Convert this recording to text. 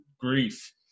grief